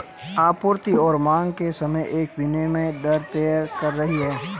आपूर्ति और मांग के समय एक विनिमय दर तैर रही है